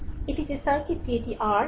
এটি যে সার্কিটটি এটি r